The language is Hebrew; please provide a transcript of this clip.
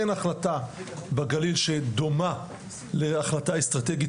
אין החלטה בגליל שדומה להחלטה אסטרטגית